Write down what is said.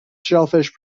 shellfish